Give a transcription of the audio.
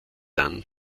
dann